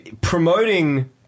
promoting